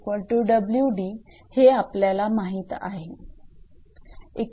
𝑊𝑑 हे आपल्याला माहित आहे